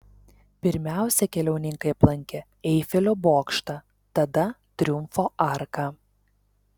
pirmiausia keliauninkai aplankė eifelio bokštą tada triumfo arką